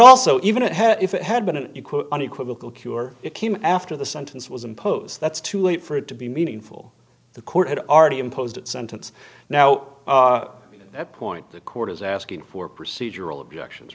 also even ahead if it had been an unequivocal cure it came after the sentence was impose that's too late for it to be meaningful the court had already imposed that sentence now that point the court is asking for procedural objections